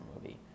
movie